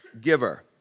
giver